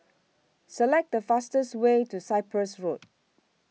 Select The fastest Way to Cyprus Road